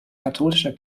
katholischer